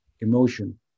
emotion